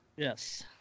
Yes